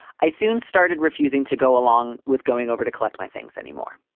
i soon started refusing to go along with going over to collect my things anymore.